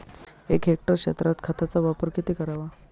एक हेक्टर क्षेत्रात खताचा वापर किती करावा?